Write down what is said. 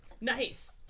Nice